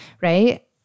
right